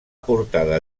portada